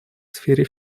сфере